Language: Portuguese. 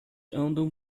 andam